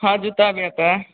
हाँ जूता भी आता है